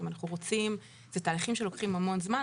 זה תהליכים שלוקחים המון זמן.